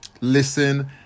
listen